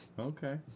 okay